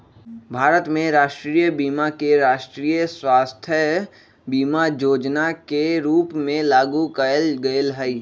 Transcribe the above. भारत में राष्ट्रीय बीमा के राष्ट्रीय स्वास्थय बीमा जोजना के रूप में लागू कयल गेल हइ